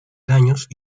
daños